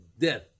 death